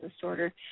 disorder